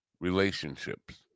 relationships